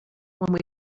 when